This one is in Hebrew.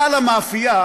בעל המאפייה